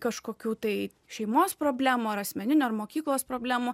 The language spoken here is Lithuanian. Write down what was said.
kažkokių tai šeimos problemų ar asmeninių ar mokyklos problemų